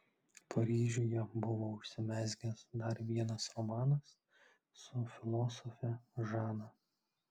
paryžiuje buvo užsimezgęs dar vienas romanas su filosofe žana